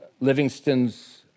Livingston's